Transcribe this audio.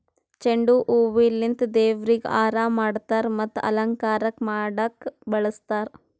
ಚೆಂಡು ಹೂವಿಲಿಂತ್ ದೇವ್ರಿಗ್ ಹಾರಾ ಮಾಡ್ತರ್ ಮತ್ತ್ ಅಲಂಕಾರಕ್ಕ್ ಮಾಡಕ್ಕ್ ಬಳಸ್ತಾರ್